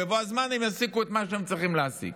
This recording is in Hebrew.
ובבוא הזמן הם יסיקו את מה שהם צריכים להסיק,